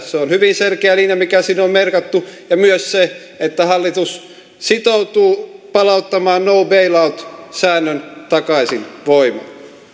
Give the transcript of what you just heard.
se on hyvin selkeä linja mikä sinne on merkattu ja myös se että hallitus sitoutuu palauttamaan no bail out säännön takaisin voimaan